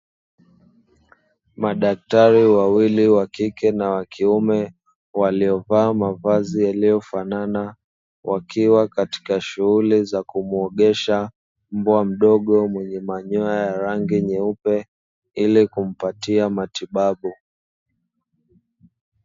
Madaktari wawili wakike na wakiume, waliovaa mavazi yaliyofanana wakiwa katika shughuli za kumuogesha mbwa mdogo mwenye manyoya ya rangi nyeupe, ili kumpatia matibabu.